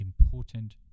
important